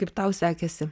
kaip tau sekėsi